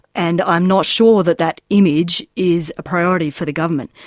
and i'm not sure that that image is a priority for the government.